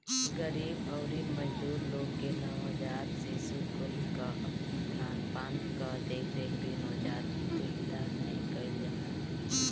गरीब अउरी मजदूर लोग के नवजात शिशु कुल कअ खानपान कअ देखरेख भी नवजात उद्यमिता में कईल जाला